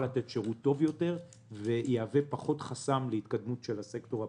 לתת שירות טוב יותר ויהיה פחות חסם להתקדמות של הסקטור הפרטי.